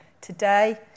today